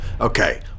Okay